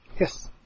Yes